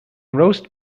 roast